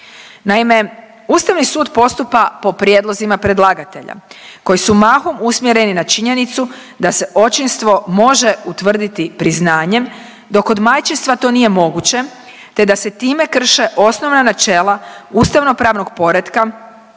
Naime, Ustavni sud postupa po prijedlozima predlagatelja koji su mahom usmjereni na činjenicu da se očinstvo može utvrditi priznanjem, dok kod majčinstva to nije moguće te da se time krše osnovna načela ustavnopravnog poretka